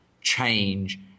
change